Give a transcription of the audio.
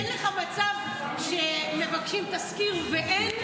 אין לך מצב שמבקשים תסקיר ואין?